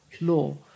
law